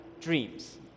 dreams